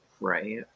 Right